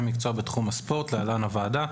מקצוע בתחום הספורט (להלן הועדה),